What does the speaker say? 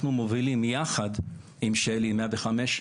אנחנו מובילים יחד עם שלי 105,